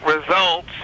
results